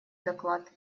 доклад